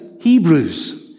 Hebrews